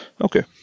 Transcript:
okay